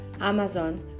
Amazon